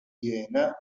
handiena